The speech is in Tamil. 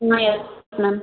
ah yes ma'am